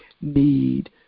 need